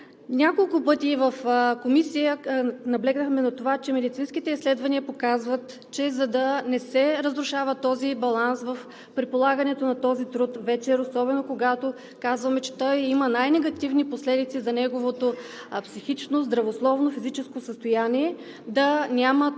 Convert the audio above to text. Няколко пъти и в Комисията наблегнахме на това, че медицинските изследвания показват да има топла храна, за да не се разрушава този баланс при полагането на труд вечер, особено когато казваме, че той има най-негативни последици за неговото психично, здравословно и физическо състояние. В